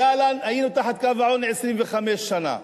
היינו מתחת לקו העוני 25 שנה,